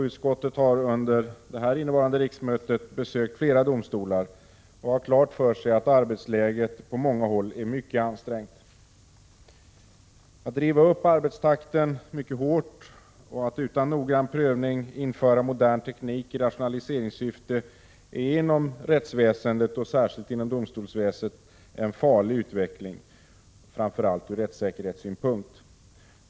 Utskottet har under innevarande riksmöte besökt flera domstolar och har klart för sig att arbetsläget på många håll är mycket ansträngt. Att driva upp arbetstakten mycket hårt och att utan noggrann prövning införa modern teknik i rationaliseringssyfte är inom rättsväsendet, och särskilt inom domstolsväsendet, en farlig utveckling, framför allt ur rättssäkerhetssynpunkt.